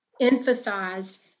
emphasized